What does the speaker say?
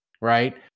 right